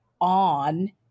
on